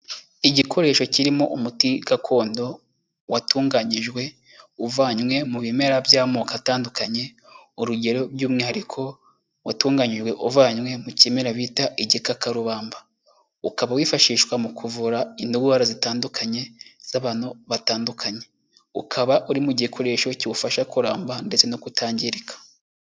Igikoresho kirimo umuti gakondo watunganyijwe uvanywe mu bimera by'amoko atandukanye, urugero by'umwihariko watunganyijwe uvanywe mu kimera bita igikakarubamba. Ukaba wifashishwa mu kuvura indwara zitandukanye z'abantu batandukanye. Ukaba uri mu gikoresho kiwufasha kuramba ndetse no kutangirika.